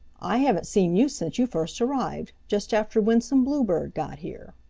i haven't seen you since you first arrived, just after winsome bluebird got here.